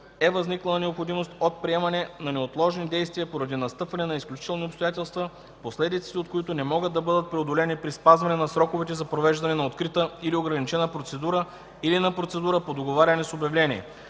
е възникнала необходимост от предприемане на неотложни действия поради настъпване на изключителни обстоятелства, последиците от които не могат да бъдат преодолени при спазване на сроковете за провеждане на открита или ограничена процедура или на процедура на договаряне с обявление;”.